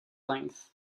length